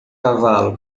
cavalo